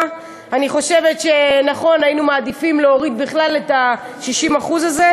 חושבת שצריך לבטל את זה.